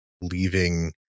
leaving